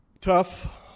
Tough